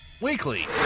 Weekly